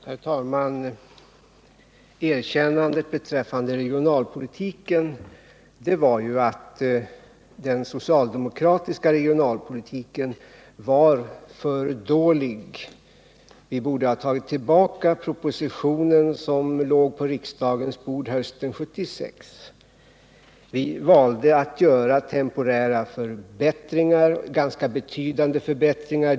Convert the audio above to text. Herr talman! Erkännandet beträffande regionalpolitiken var ju att den socialdemokratiska regionalpolitiken var för dålig. Vi borde ha tagit tillbaka propositionen som låg på riksdagens bord hösten 1976. Vi valde att göra ganska betydande temporära förbättringar.